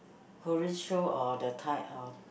Korean show or the Thai